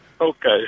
Okay